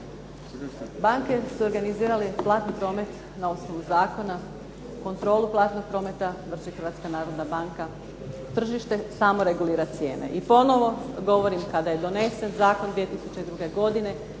Banke su organizirale platni promet na osnovu zakona, kontrolu platnog prometa vrši HNB, tržište samo regulira cijene i ponovno govorim kada je donesen zakon 2002. godine